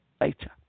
later